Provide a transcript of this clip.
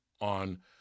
on